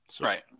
Right